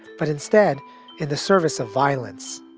but instead in the service of violence.